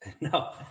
No